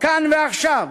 כאן ועכשיו.